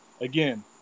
again